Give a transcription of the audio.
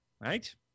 right